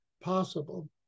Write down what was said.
possible